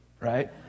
Right